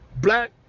black